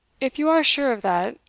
if you are sure of that,